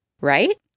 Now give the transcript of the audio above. right